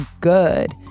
good